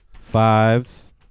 fives